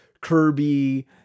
Kirby